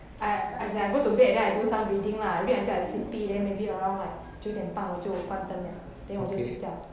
I as in I go to bed then I do some reading lah read until I sleepy then maybe around like 九点半我就关灯了 then 我就睡觉